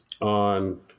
on